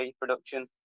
production